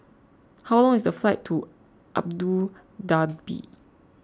how long is the flight to Abu Dhabi